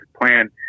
plan